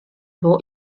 było